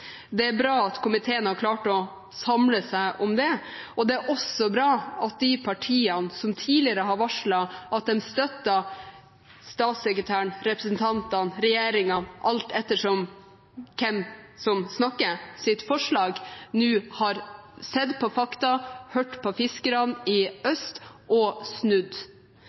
Det er bra at komiteen har klart å samle seg om det. Det er også bra at de partiene som tidligere har varslet at de støtter statssekretæren, representantene, regjeringen – alt ettersom hvem som snakker – sitt forslag, nå har sett på fakta, har hørt på fiskerne i øst og snudd.